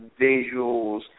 visuals